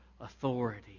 authority